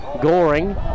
Goring